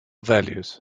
values